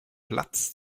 platz